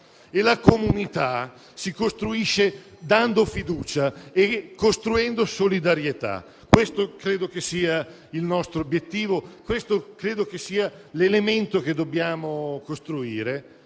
E la comunità si costruisce dando fiducia e costruendo solidarietà. Io ritengo che questo sia il nostro obiettivo e questo ritengo sia l'elemento che dobbiamo costruire